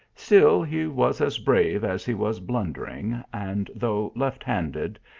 still he was as brave as he was blundering, and, though left-handed,